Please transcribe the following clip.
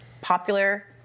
popular